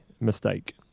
mistake